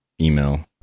email